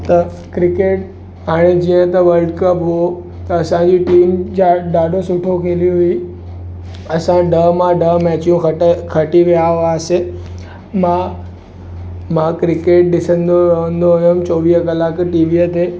त क्रिकेट हाणे जीअं त वर्ल्ड कप हो त असांजी टीम जा ॾाढो सुठो खेली हुई असां ॾह मां ॾह मैचियूं खटे खटी विया हुआसीं मां मां क्रिकेट ॾिसंदो रहंदो हुयुमि चोवीह कलाक टीवीअ ते